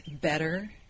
better